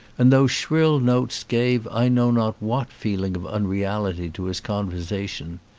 and those shrill notes gave i know not what feeling of unreality to his conversation.